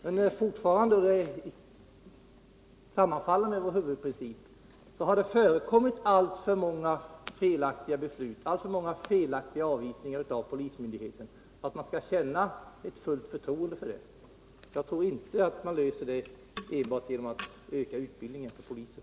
Men fortfarande — och det sammanfaller med vår huvudprincip — har det förekommit alltför många felaktiga beslut och avvisningar av polismyndighet för att man skall kunna känna fullt förtroende. Och jag tror inte att man löser detta enbart genom att öka utbildningen för polisen.